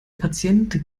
patient